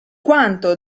quanto